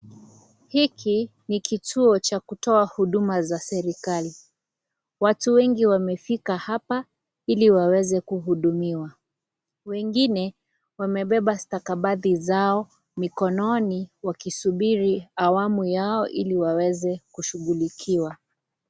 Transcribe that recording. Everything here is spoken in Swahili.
Hiki ni kituo cha kutoa huduma za serikali . Watu wengi wamefika hapa ili waweze kuhudumiwa, wengine wamebeba stakabadhi zao mikononi wakisubiri awamu yao ili waweze kushughulikiwa.